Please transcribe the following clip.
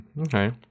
Okay